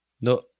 no